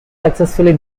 successfully